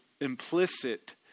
implicit